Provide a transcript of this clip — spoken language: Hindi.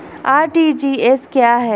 आर.टी.जी.एस क्या है?